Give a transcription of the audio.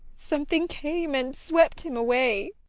something came and swept him away.